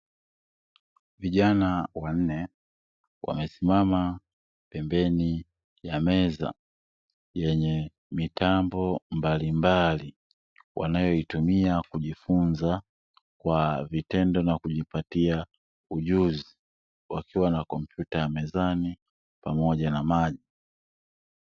Vijana wanne wamesimama pembeni ya meza yenye mitambo mbalimbali wanayoitumia kujifunza kwa vitendo na kujipatia ujuzi, wakiwa na kompyuta ya mezani pamoja na maji.